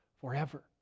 forever